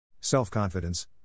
Self-confidence